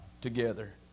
together